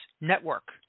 Network